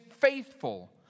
faithful